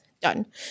done